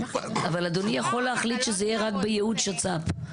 אבל אדוני יכול להחליט שזה יהיה רק בייעוד שצ"פ,